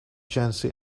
jency